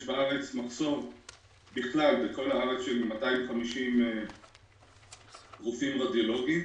יש בכל הארץ מחסור של 150 רופאים רדיולוגיים.